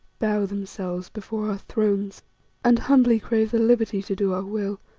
bow themselves before our thrones and humbly crave the liberty to do our will.